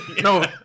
No